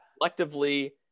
collectively